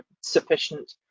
sufficient